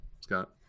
Scott